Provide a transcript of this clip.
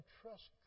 trust